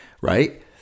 right